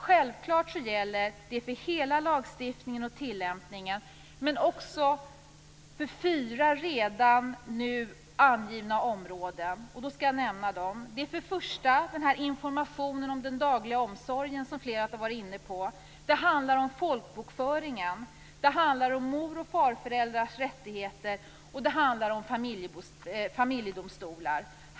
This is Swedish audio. Självklart gäller det för hela lagstiftningen och tillämpningen men också fyra redan nu angivna områden, nämligen informationen om den dagliga omsorgen som flera varit inne på, folkbokföringen, mor och farföräldrars rättigheter och familjedomstolar.